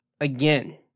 again